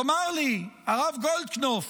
תאמר לי, הרב גולדקנופ,